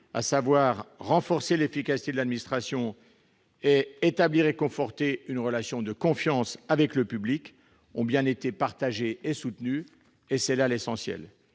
à savoir renforcer l'efficacité de l'administration et établir et conforter une relation de confiance avec le public, ont bien été partagés et soutenus ; c'est là l'essentiel.